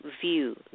view